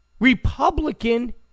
Republican